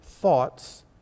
thoughts